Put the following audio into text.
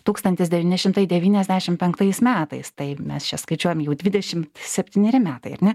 tūkstantis devyni šimtai devyniasdešim penktais metais tai mes čia skaičiuojam jau dvidešim septyneri metai ar ne